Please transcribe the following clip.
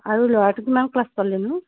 আৰু ল'ৰাটো কিমান ক্লাছ পলেনো